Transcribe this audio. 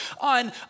on